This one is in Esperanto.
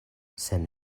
sen